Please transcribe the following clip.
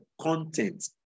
content